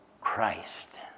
Christ